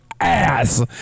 ass